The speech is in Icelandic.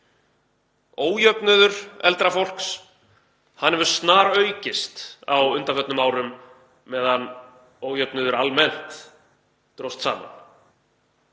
Ójöfnuður eldra fólks hefur snaraukist á undanförnum árum meðan ójöfnuður almennt dróst saman.